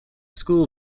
school